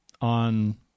on